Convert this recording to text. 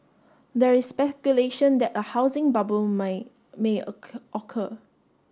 there is speculation that a housing bubble may occur